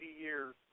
years